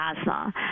asthma